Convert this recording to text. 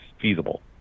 feasible